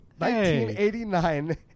1989